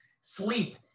sleep